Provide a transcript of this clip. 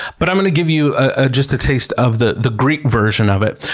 but i'm going to give you ah just a taste of the the greek version of it.